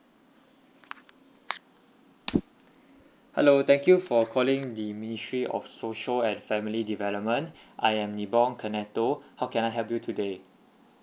hello thank you for calling the ministry of social and family development I am nibong cornetto how can I help you today